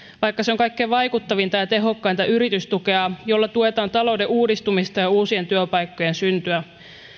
vaikka se on kaikkein vaikuttavinta ja tehokkainta yritystukea jolla tuetaan talouden uudistumista ja uusien työpaikkojen syntyä